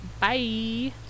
bye